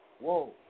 Whoa